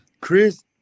Chris